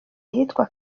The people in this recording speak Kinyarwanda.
ahitwa